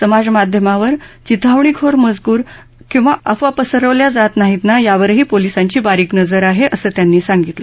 समाजमाध्यमांवर चिथावणी खोर मजकूर किंवा अफवा पसरवल्या जात नाहीत ना यावरही पोलीसांची बारीक नजर आहे असं त्यांनी सांगितलं